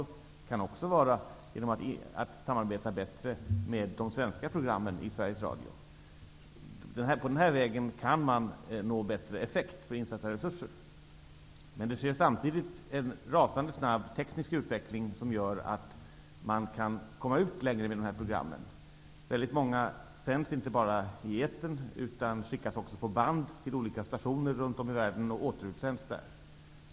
Det kan också vara att samarbeta bättre med de svenska programmen i På den här vägen kan man nå bättre effekt för insatta resurser. Men det sker samtidigt en rasande snabb teknisk utveckling som gör att man kan komma ut längre med programmen. Väldigt många sänds inte bara i etern utan skickas också på band till olika stationer runt om i världen och återutsänds där.